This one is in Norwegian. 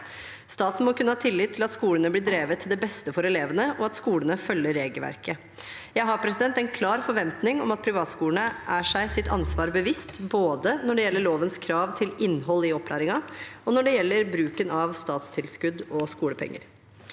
Staten må kunne ha tillit til at skolene blir drevet til beste for elevene, og at skolene følger regelverket. Jeg har en klar forventning om at privatskolene er seg sitt ansvar bevisst både når det gjelder lovens krav til innhold i opplæringen, og når det gjelder bruken av statstilskudd og skolepenger.